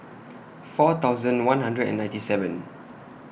four thousand one hundred and ninety seven